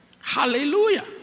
Hallelujah